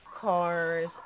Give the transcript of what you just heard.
cars